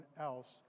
else